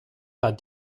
hat